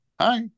hi